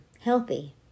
healthy